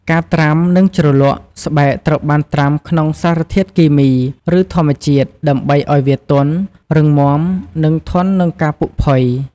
ការត្រាំ និងជ្រលក់ ស្បែកត្រូវបានត្រាំក្នុងសារធាតុគីមី ឬធម្មជាតិ ដើម្បីឲ្យវាទន់ រឹងមាំ និងធន់នឹងការពុកផុយ។